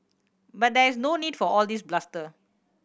but there is no need for all this bluster